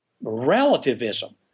relativism